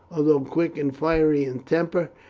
although quick and fiery in temper,